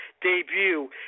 debut